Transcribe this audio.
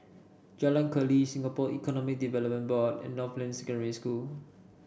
Jalan Keli Singapore Economic Development Board and Northland Secondary School